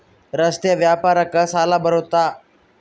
ರಸ್ತೆ ವ್ಯಾಪಾರಕ್ಕ ಸಾಲ ಬರುತ್ತಾ?